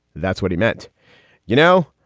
that's what he meant you know,